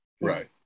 Right